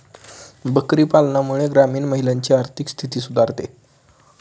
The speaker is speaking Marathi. बकरी पालनामुळे ग्रामीण महिलांची आर्थिक स्थिती सुधारते